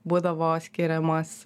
būdavo skiriamas